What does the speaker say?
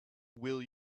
will